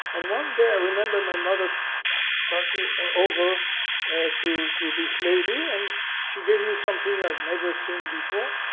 and one day i remember my mother passed me over to to this lady and she gave me something i had never seen before.